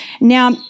now